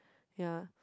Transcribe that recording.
ya